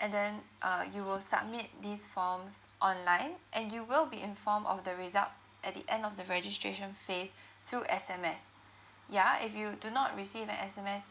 and then uh you will submit these forms online and you will be informed of the results at the end of the registration phase through S_M_S ya if you do not receive an S_M_S